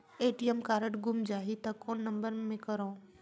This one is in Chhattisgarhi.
ए.टी.एम कारड गुम जाही त कौन नम्बर मे करव?